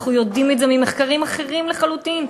אנחנו יודעים את זה ממחקרים אחרים לחלוטין,